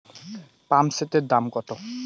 পাম্পসেটের দাম কত?